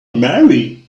marry